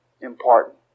important